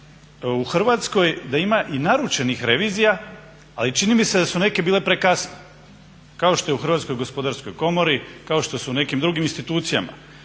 u Hrvatskoj da ima i naručenih revizija, ali čini mi se da su neke bile prekasno kao što je u Hrvatskoj gospodarskoj komori, kao što su u nekim drugim institucijama.